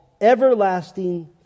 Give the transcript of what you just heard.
Everlasting